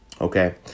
okay